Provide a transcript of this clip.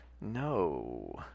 no